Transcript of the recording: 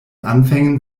anfängen